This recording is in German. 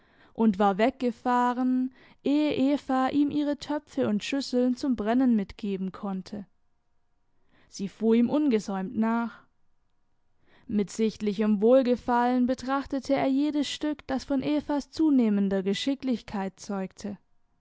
und war weggefahren ehe eva ihm ihre töpfe und schüsseln zum brennen mitgeben konnte sie fuhr ihm ungesäumt nach mit sichtlichem wohlgefallen betrachtete er jedes stück das von evas zunehmender geschicklichkeit zeugte